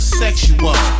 sexual